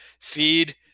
feed